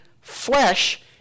flesh